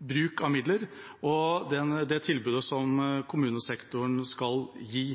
bruk av midler og det tilbudet som kommunesektoren skal gi.